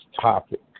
topic